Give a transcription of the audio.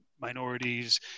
minorities